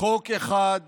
חוק אחד